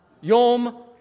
Yom